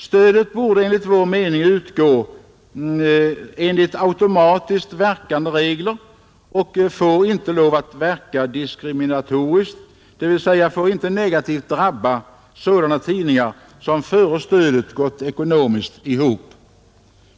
Stödet borde enligt vår mening utgå enligt automatiskt verkande regler och får inte lov att verka diskriminatoriskt, dvs. får inte ha en negativ effekt för sådana tidningar som före stödets införande gått ekonomiskt ihop.